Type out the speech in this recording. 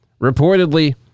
Reportedly